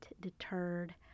deterred